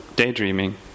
Daydreaming